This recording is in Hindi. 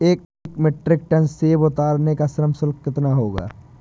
एक मीट्रिक टन सेव उतारने का श्रम शुल्क कितना होगा?